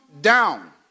down